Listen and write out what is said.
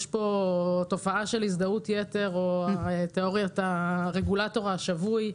יש פה תופעה של הזדהות יתר או תאוריית הרגולטור השבוי.